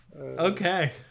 Okay